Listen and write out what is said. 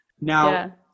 Now